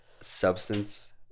substance